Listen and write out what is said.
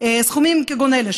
סכומים כגון אלה,